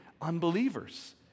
unbelievers